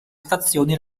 stazioni